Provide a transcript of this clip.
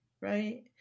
right